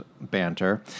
banter